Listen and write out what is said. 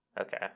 Okay